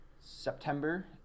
September